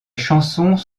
chansons